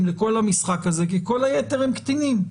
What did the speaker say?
לכל המשחק הזה כי כל היתר זה קטינים.